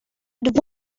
but